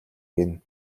гэнэ